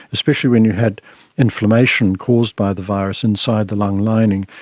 especially when you had inflammation caused by the virus inside the lung lining,